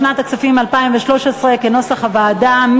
לשנת הכספים 2013, כנוסח הוועדה.